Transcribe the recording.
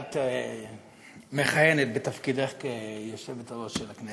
כשאת מכהנת בתפקידך כיושבת-ראש בכנסת.